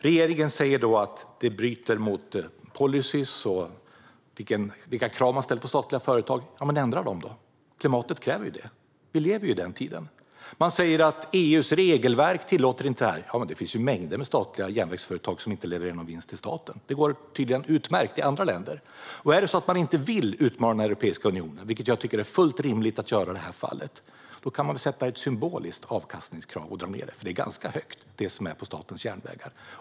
Regeringen säger då att det bryter mot policyer och mot de krav som ställs på svenska företag. Ja, men ändra dem då! Klimatet kräver ju det; vi lever i den tiden. Man säger att EU:s regelverk inte tillåter detta. Men det finns ju mängder av statliga järnvägsföretag som inte levererar någon vinst till staten. Det går tydligen utmärkt i andra länder. Om det är så att man inte vill utmana Europeiska unionen, vilket jag tycker är fullt rimligt att göra i det här fallet, kan man väl sänka avkastningskravet och sätta ett symboliskt avkastningskrav, för det som är på Statens järnvägar är ganska högt.